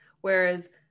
whereas